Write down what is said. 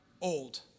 old